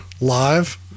live